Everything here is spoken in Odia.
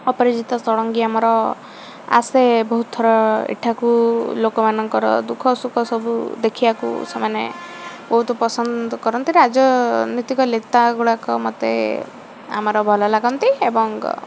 ଅପରାଜିତା ଷଡ଼ଙ୍ଗୀ ଆମର ଆସେ ବହୁତ ଥର ଏଠାକୁ ଲୋକମାନଙ୍କର ଦୁଃଖ ସୁଖ ସବୁ ଦେଖିବାକୁ ସେମାନେ ବହୁତ ପସନ୍ଦ କରନ୍ତି ରାଜନୀତିକ ନେତା ଗୁଡ଼ାକ ମୋତେ ଆମର ଭଲ ଲାଗନ୍ତି ଏବଂ